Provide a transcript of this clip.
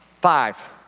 Five